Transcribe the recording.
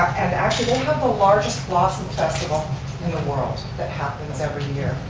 but the largest blossom festival in the world that happens every year.